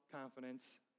confidence